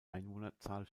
einwohnerzahl